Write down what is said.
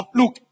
look